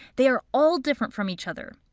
they are all different from each other.